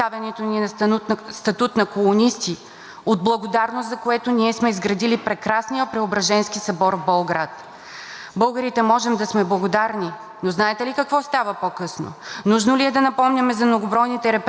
Българите можем да сме благодарни, но знаете ли какво става по-късно? Нужно ли е да напомняме за многобройните репресии от съветските власти и разкулачването на кулаците, а всъщност работещи земеделци, и депортираните в Сибир?